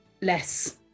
less